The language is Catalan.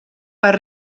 per